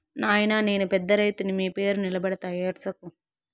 నాయినా నేను పెద్ద రైతుని మీ పేరు నిలబెడతా ఏడ్సకు